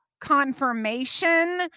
confirmation